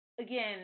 again